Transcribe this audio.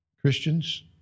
Christians